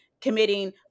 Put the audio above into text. committing